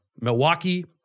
Milwaukee